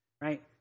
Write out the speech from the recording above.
right